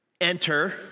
Enter